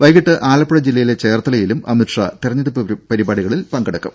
വൈകിട്ട് ആലപ്പുഴ ജില്ലയിലെ ചേർത്തലയിലും അമിത് ഷാ തെരഞ്ഞെടുപ്പ് പരിപാടികളിൽ പങ്കെടുക്കും